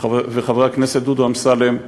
וחבר הכנסת דודו אמסלם מהליכוד,